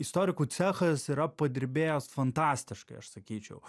istorikų cechas yra padirbėjęs fantastiškai aš sakyčiau